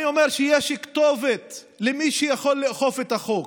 אני אומר שיש כתובת למי שיכול לאכוף את החוק.